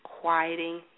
quieting